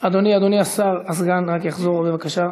אדוני סגן השר יחזור בבקשה,